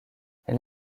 elle